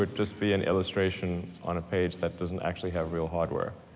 but just be an illustration on a page that doesn't actually have real hardware.